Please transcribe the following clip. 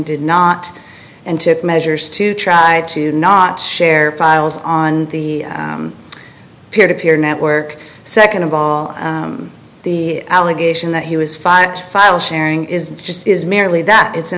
did not and tipped measures to try to not share files on the peer to peer network second of all the allegation that he was five to file sharing is just is merely that it's an